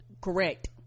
correct